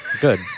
Good